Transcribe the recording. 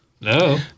No